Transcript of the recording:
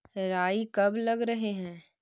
राई कब लग रहे है?